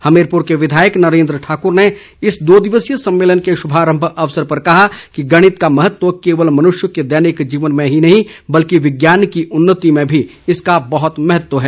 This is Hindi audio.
हमीरपुर के विधायक नरेंद्र ठाकुर ने इस दो दिवसीय सम्मेलन के शुभारम्भ अवसर पर कहा कि गणित का महत्व केवल मनुष्य के दैनिक जीवन में ही नही बल्कि विज्ञान की उन्नति में इसका बहुत महत्तव है